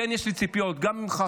כן יש לי ציפיות גם ממך,